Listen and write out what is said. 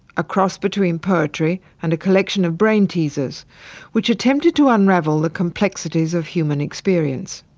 a cross between poetry and a collection of brainteasers which attempted to unravel the complexities of human experience.